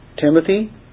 Timothy